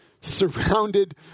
surrounded